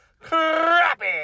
Crappy